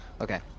Okay